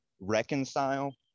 reconcile